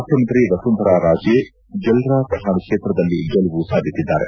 ಮುಖ್ಚಮಂತ್ರಿ ವಸುಂಧರಾ ರಾಜೇ ಜಲ್ರಾ ಪಠಾಣ್ ಕ್ಷೇತ್ರದಲ್ಲಿ ಗೆಲುವು ಸಾಧಿಸಿದ್ದಾರೆ